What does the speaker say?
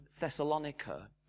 Thessalonica